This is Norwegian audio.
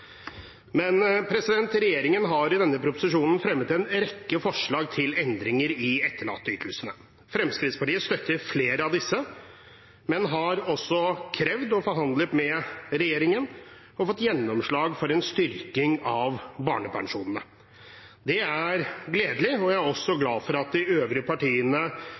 men har også krevd og forhandlet med regjeringen og fått gjennomslag for en styrking av barnepensjonene. Det er gledelig, og jeg er også glad for at de øvrige partiene